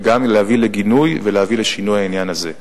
וגם להביא לגינוי ולשינוי העניין הזה.